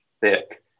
thick